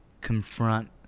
confront